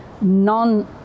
non